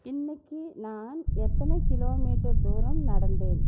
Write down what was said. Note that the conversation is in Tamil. இன்றைக்கு நான் எத்தனை கிலோமீட்டர் தூரம் நடந்தேன்